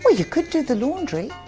like you could do the laundry.